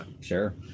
sure